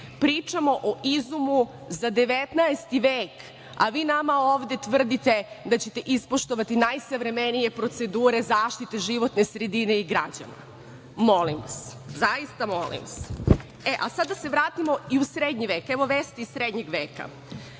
pričamo o izumu iz 19. veka, a vi nama ovde tvrdite da ćete ispoštovati najsavremenije procedure zaštite životne sredine i građana. Molim vas, zaista molim vas.E, sada da se vratimo i u Srednji vek, evo vesti iz Srednjeg veka